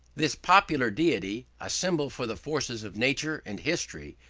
this popular deity, a symbol for the forces of nature and history,